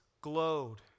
glowed